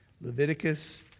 Leviticus